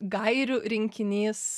gairių rinkinys